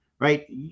right